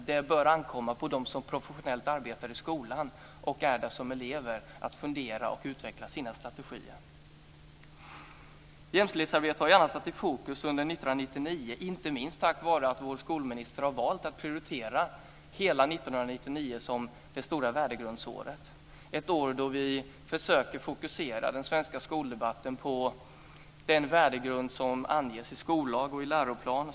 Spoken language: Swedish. Det bör ankomma på dem som professionellt arbetar i skolan och är där som elever att fundera över och utveckla sina strategier. Jämställdhetsarbete har annars stått i fokus under 1999 inte minst tack vare att vår skolminister har valt att prioritera hela 1999 som det stora värdegrundsåret, ett år då vi försöker fokusera den svenska skoldebatten på den värdegrund som anges i skollag och läroplan.